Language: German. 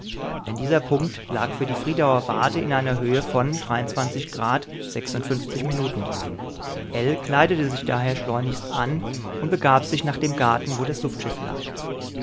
denn dieser punkt lag für die friedauer warte in einer höhe von minuten er kleidete sich daher schleunigst an und begab sich nach dem garten wo das luftschiff lag